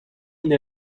une